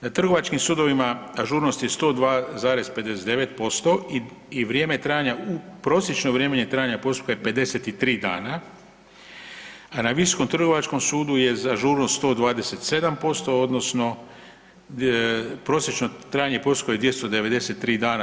Na trgovačkim sudovima ažurnost je 102,59% i vrijeme trajanja, prosječno vrijeme trajanja postupka je 53 dana, a na Visokom trgovačkom sudu je ažurnost 127% odnosno prosječno trajanje postupka je 293 dana.